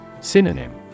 Synonym